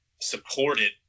supported